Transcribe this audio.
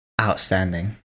outstanding